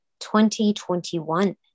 2021